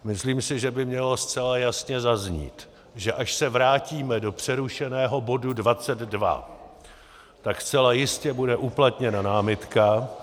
Myslím si, že by mělo zcela jasně zaznít, že až se vrátíme do přerušeného bodu 22, tak zcela jistě bude uplatněna námitka.